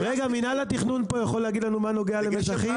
מינהל התכנון פה יכול להגיד לנו מה נוגע למזחים?